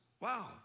Wow